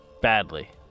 badly